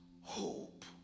hope